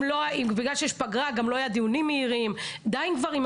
בגלל שיש פגרה, גם לא היו דיונים מהירים, די כבר.